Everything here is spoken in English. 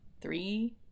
three